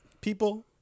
people